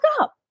up